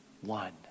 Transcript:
one